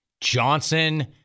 Johnson